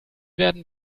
werden